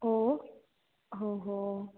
ओ ओ हो